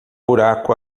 buraco